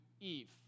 Eve